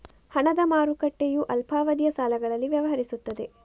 ಹಣದ ಮಾರುಕಟ್ಟೆಯು ಅಲ್ಪಾವಧಿಯ ಸಾಲಗಳಲ್ಲಿ ವ್ಯವಹರಿಸುತ್ತದೆ